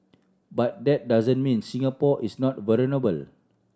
but that doesn't mean Singapore is not vulnerable